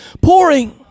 pouring